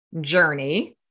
journey